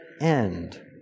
end